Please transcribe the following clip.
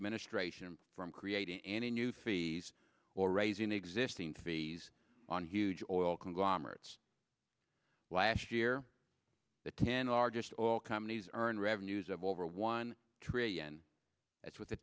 administration from creating any new fees or raising existing fees on huge oil conglomerates last year the ten largest oil companies are in revenues of over one trillion that's with a